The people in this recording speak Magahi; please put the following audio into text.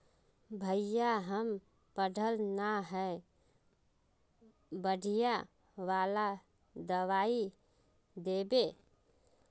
भैया हम पढ़ल न है बढ़िया वाला दबाइ देबे?